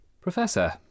Professor